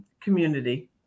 community